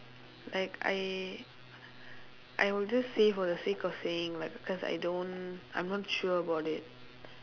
like I I will just say for the sake of saying like because I don't I'm not sure about it